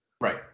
Right